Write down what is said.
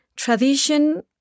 Tradition